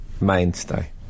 mainstay